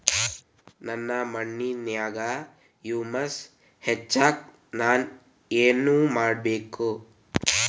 ನನ್ನ ಮಣ್ಣಿನ್ಯಾಗ್ ಹುಮ್ಯೂಸ್ ಹೆಚ್ಚಾಕ್ ನಾನ್ ಏನು ಮಾಡ್ಬೇಕ್?